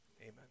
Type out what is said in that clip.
amen